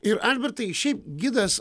ir albertai šiaip gidas